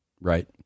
right